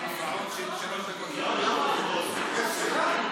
עם הפרעות של שלוש דקות.